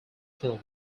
film